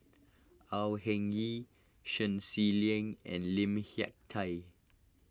Au Hing Yee Shen Xi Lim and Lim Hak Tai